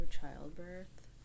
childbirth